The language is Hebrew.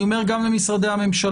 אני אומר גם למשרדי הממשלה.